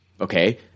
Okay